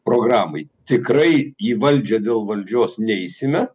programai tikrai į valdžią dėl valdžios neisime